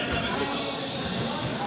לפחות תקשיב למישהו שמבין בביטחון.